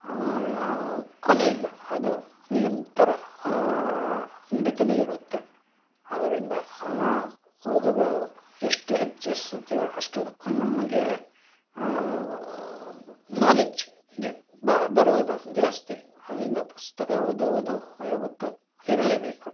ಕೊನೆಯಿಲ್ಲ ಅದು ನಿರಂತರ ನಡಿತಾನೆ ಇರುತ್ತೆ ಆದ್ದರಿಂದ ಓದುಗಳು ಎಷ್ಟು ಹೆಚ್ಚಿಸುತ್ತೀವೊ ಅಷ್ಟು ನಮಗೆ ನಾಲೆಜ್ ಬರುವುದು ಜಾಸ್ತಿ ಅದರಿಂದ ಪುಸ್ತಕ ಓದುವುದು ಯಾವತ್ತೂ ಇರಲೇಬೇಕು